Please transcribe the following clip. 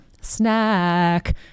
Snack